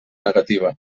negativa